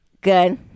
Good